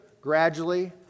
gradually